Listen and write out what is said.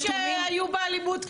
כמה שוטרים שהיו באלימות?